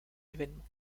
évènement